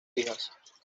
hijas